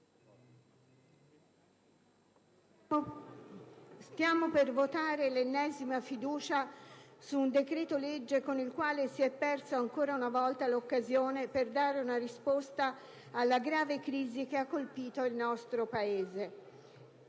stiamo per votare l'ennesima fiducia su un decreto-legge con il quale si è persa ancora una volta l'occasione per dare una risposta alla grave crisi che ha colpito il nostro Paese.